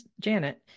Janet